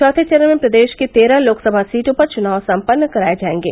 चौथे चरण में प्रदेश की तेरह लोकसभा सीटों पर चुनाव सम्पन्न कराए जाएगे